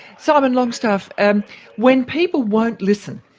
simon longstaff, and when people won't listen,